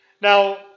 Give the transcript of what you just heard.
Now